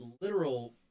literal